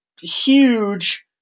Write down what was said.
huge